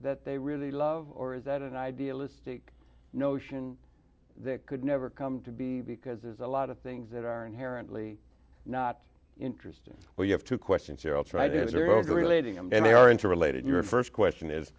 that they really love or is that an idealistic notion that could never come to be because there's a lot of things that are inherently not interesting well you have two questions here i'll try to answer all the relating and they are interrelated your first question is